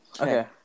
Okay